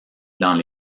dans